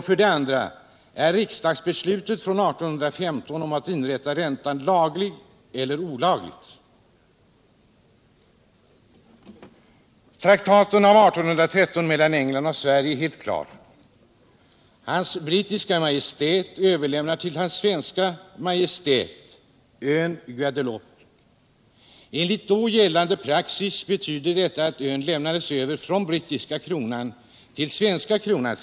För det andra: Är riksdagsbeslutet 12 april 1978 från 1815 om att inrätta räntan lagligt eller olagligt? Traktaten av 1813 mellan England och Sverige är helt klar. Hans brittiska majestät överlämnar till Hans svenska majestät ön Guadeloupe. Enligt då gällande praxis betyder detta att ön lämnades över från brittiska kronan till svenska kronan.